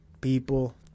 people